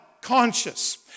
conscious